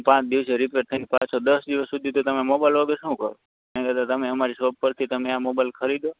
પાંચ દિવસે રિપેર થઈને દસ દિવસ સુધી તમે મોબાઈલ વગર શું કરો એના કરતાં તમે અમારી શોપ પરથી આ મોબાઈલ ખરીદો